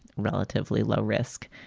relatively low risk.